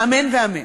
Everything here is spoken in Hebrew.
אמן ואמן.